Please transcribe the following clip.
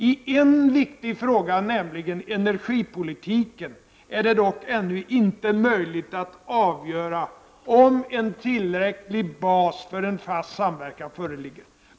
I en viktig fråga, nämligen energipolitiken, är det dock ännu inte möjligt att avgöra om en tillräcklig bas för en fast samverkan föreligger.